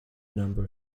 number